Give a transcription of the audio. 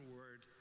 word